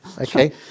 Okay